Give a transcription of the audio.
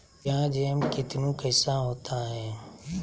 प्याज एम कितनु कैसा होता है?